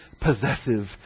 possessive